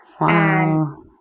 Wow